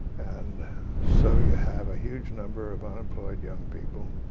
and so you have a huge number of unemployed young people,